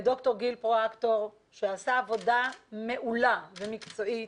את דוקטור גיל פרואקטור שעשה עבודה מעולה ומקצועית,